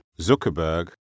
Zuckerberg